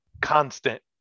constant